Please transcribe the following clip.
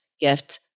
gift